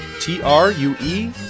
T-R-U-E